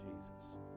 Jesus